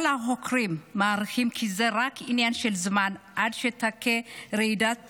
כל החוקרים מעריכים כי זה רק עניין של זמן עד שתכה רעידת